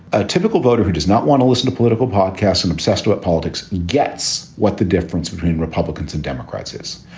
a typical voter who does not want to listen to political podcasts and obsessed about politics gets what the difference between republicans and democrats is.